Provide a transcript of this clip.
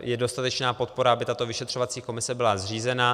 je dostatečná podpora, aby tato vyšetřovací komise byla zřízena.